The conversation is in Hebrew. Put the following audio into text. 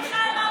תמשיך.